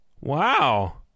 Wow